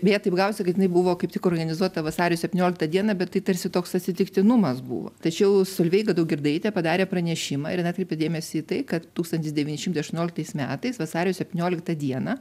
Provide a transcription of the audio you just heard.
beje taip gavosi kad jinai buvo kaip tik organizuota vasario septynioliktą dieną bet tai tarsi toks atsitiktinumas buvo tačiau solveiga daugirdaitė padarė pranešimą ir jin atkreipė dėmesį tai kad tūkstantis devyni šimtai aštuonioliktais metais vasario septynioliktą dieną